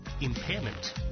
impairment